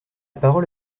parole